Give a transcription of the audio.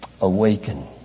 Awaken